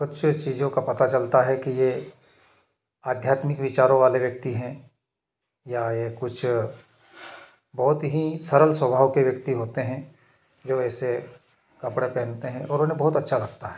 अच्छे चीज़ों का पता चलता हैं कि यह आध्यात्मिक विचारों वाले व्यक्ति हैं या ये कुछ बहुत ही सरल स्वभाव के व्यक्ति होते हैं जो ऐसे कपड़े पहनते हैं और उन्हें बहुत अच्छा लगता है